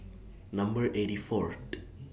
Number eighty Fourth